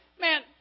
Man